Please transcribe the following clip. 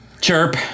Chirp